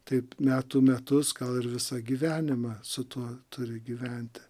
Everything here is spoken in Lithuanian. taip metų metus gal ir visą gyvenimą su tuo turi gyventi